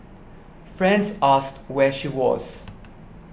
friends asked where she was